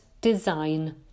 design